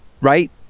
right